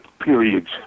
periods